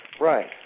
Right